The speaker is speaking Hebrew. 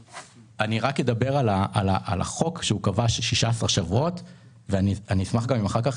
אדבר על החוק שקבע 16 שבועות ואשמח אם אחר כך